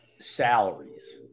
salaries